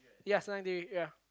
ya senang diri ya